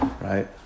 right